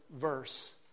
verse